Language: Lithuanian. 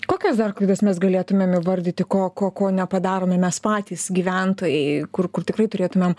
kokias dar klaidas mes galėtumėm įvardyti ko ko ko nepadarome mes patys gyventojai kur kur tikrai turėtumėm